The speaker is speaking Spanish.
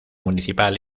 municipal